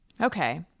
Okay